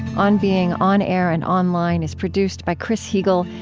on being on air and online is produced by chris heagle,